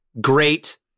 great